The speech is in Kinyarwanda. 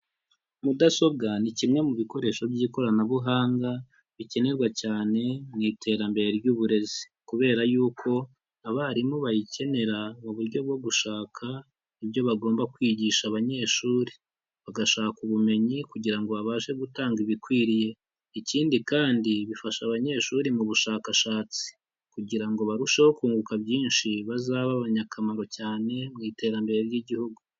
Mudasobwa ni kimwe mu bikoresho by'ikoranabuhanga bikenerwa cyane mu iterambere ry'uburezi. Kubera yuko abarimu bayikenera mu buryo bwo gushaka ibyo bagomba kwigisha abanyeshuri. Bagashaka ubumenyi kugira ngo babashe gutanga ibikwiriye. Ikindi kandi bifasha abanyeshuri mu bushakashatsi. Kugira ngo barusheho kunguka byinshi bazabe abanyakamaro cyane mu iterambere ry'Igihugu.